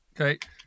okay